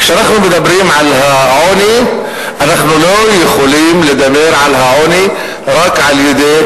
כשאנחנו מדברים על העוני אנחנו לא יכולים לדבר על העוני רק על-ידי